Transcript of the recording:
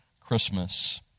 Christmas